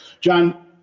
john